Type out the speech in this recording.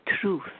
truth